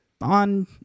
on